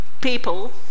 people